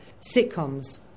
sitcoms